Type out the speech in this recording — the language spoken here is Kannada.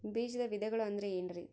ಬೇಜದ ವಿಧಗಳು ಅಂದ್ರೆ ಏನ್ರಿ?